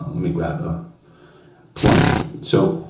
let me grab a plunger. so,